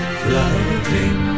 floating